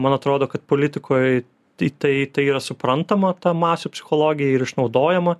man atrodo kad politikoj į tai tai yra suprantama ta masių psichologija ir išnaudojama